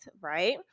right